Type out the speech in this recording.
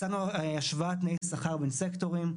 הצענו השוואת תנאי שכר בין סקטורים.